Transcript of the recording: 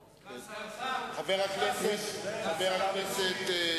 שר לענייני מודיעין ושר לענייני אסטרטגיה.